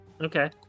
okay